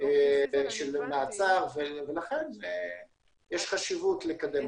של מעצר, לכן יש חשיבות לקדם אותו.